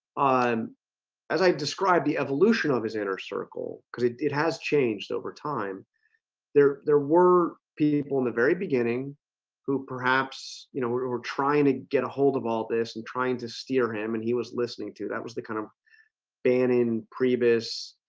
um as i described the evolution of his inner circle because it has changed over time there there were people in the very beginning who perhaps you know we're trying to get a hold of all this and trying to steer him and he was listening to that was the kind of banning priebus